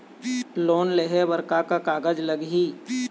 Loan लेहे बर का का कागज लगही?